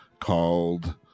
called